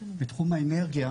בתחום האנרגיה